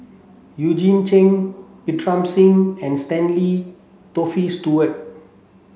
Eugene Chen Singh and Stanley Toft Stewart